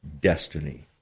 destiny